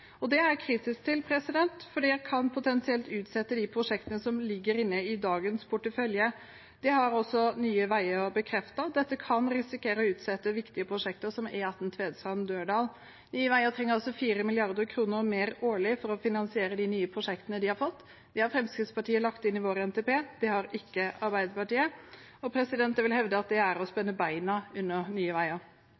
og det er jeg kritisk til, for det kan potensielt utsette de prosjektene som ligger inne i dagens portefølje. Nye Veier har også bekreftet at man med dette kan risikere å måtte utsette viktige prosjekter som E18 Tvedestrand–Dørdal. Nye Veier trenger altså 4 mrd. kr mer årlig for å finansiere de nye prosjektene de har fått. Det har Fremskrittspartiet lagt inn i sin NTP. Det har ikke Arbeiderpartiet, og jeg vil hevde at det er å